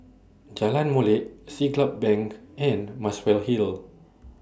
Jalan Molek Siglap Bank and Muswell Hill